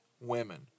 women